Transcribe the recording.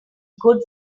good